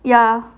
yeah